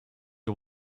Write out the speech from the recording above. you